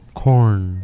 corn